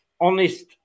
honest